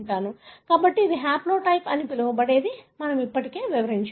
కాబట్టి ఇది హాప్లోటైప్ అని పిలువబడేది మనము ఇప్పటికే వివరించాము